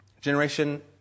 Generation